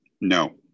no